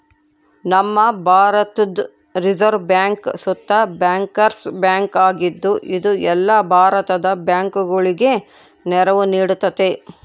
ನಮ್ಮ ಭಾರತುದ್ reserve bank ಸುತ ಬ್ಯಾಂಕರ್ಸ್ ಬ್ಯಾಂಕ್ ಆಗಿದ್ದು, ಇದು ಎಲ್ಲ ಭಾರತದ ಬ್ಯಾಂಕುಗುಳಗೆ ನೆರವು ನೀಡ್ತತೆ